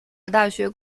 大学